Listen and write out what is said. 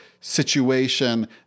situation